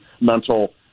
mental